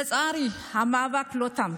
לצערי, המאבק לא תם.